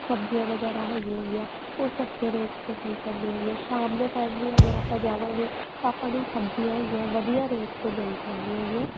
ਸਬਜ਼ੀਆਂ ਵਗੈਰਾ ਹੈਗੀਆਂ ਗੀਆਂ ਉਹ ਸਸਤੇ ਰੇਟ 'ਤੇ ਮਿਲ ਜਾਂਦੀਆਂ ਹੈਗੀਆਂ ਸ਼ਾਮ ਦੇ ਟਾਈਮ ਵੀ ਅਗਰ ਆਪਾਂ ਜਾਵਾਂਗੇ ਤਾਂ ਆਪਾਂ ਨੂੰ ਸਬਜ਼ੀਆਂ ਹੈਗੀਆਂ ਵਧੀਆ ਰੇਟ 'ਤੇ ਮਿਲ ਜਾਂਦੀ ਹੈਗੀਆਂ